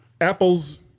Apple's